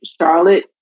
Charlotte